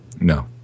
no